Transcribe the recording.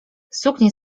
suknię